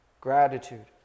Gratitude